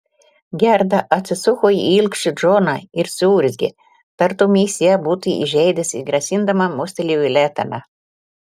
gerda atsisuko į ilgšį džoną ir suurzgė tartum jis ją būtų įžeidęs ir grasindama mostelėjo letena